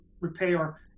repair